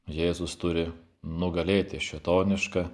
jėzus turi nugalėti šėtonišką